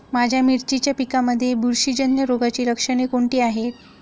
माझ्या मिरचीच्या पिकांमध्ये बुरशीजन्य रोगाची लक्षणे कोणती आहेत?